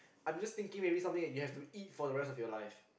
I'm just thinking maybe something that you have to eat for the rest of your life